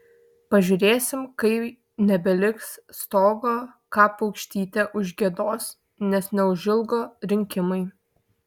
pažiūrėsim kai nebeliks stogo ką paukštytė užgiedos nes neužilgo rinkimai